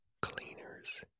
Cleaners